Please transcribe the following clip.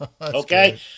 Okay